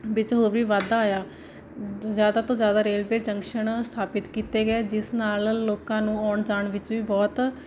ਵਿੱਚ ਹੋਰ ਵੀ ਵਾਧਾ ਆਇਆ ਜ਼ਿਆਦਾ ਤੋਂ ਜ਼ਿਆਦਾ ਰੇਲਵੇ ਜੰਕਸ਼ਨ ਸਥਾਪਿਤ ਕੀਤੇ ਗਏ ਜਿਸ ਨਾਲ ਲੋਕਾਂ ਨੂੰ ਆਉਣ ਜਾਣ ਵਿੱਚ ਵੀ ਬਹੁਤ